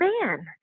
man